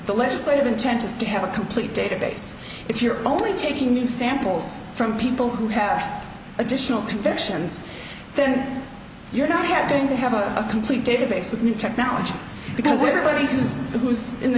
the legislative intent is to have a complete database if you're only taking new samples from people who have additional convictions then you're not having to have a complete database with new technology because everybody who's who's in the